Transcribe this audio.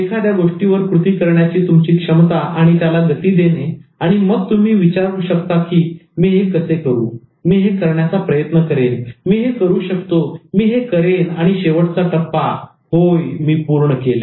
एखाद्या गोष्टीवर कृती करण्याची तुमची क्षमता आणि त्याला गती देणे आणि मग तुम्ही विचारू शकता की मी हे कसे करू मी हे करण्याचा प्रयत्न करेन मी हे करू शकतो मी हे करेन आणि शेवटचा टप्पा होय मी पूर्ण केले